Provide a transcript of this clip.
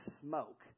smoke